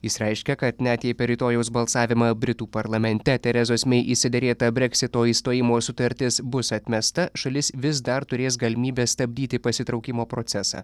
jis reiškia kad net jei per rytojaus balsavimą britų parlamente terezos mey išsiderėta breksito išstojimo sutartis bus atmesta šalis vis dar turės galimybę stabdyti pasitraukimo procesą